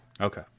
Okay